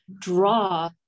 draw